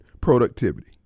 productivity